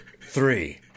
Three